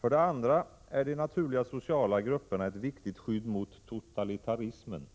För det andra är de naturliga sociala grupperna ett viktigt skydd mot totalitarismen.